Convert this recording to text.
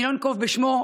אני לא אנקוב בשמו,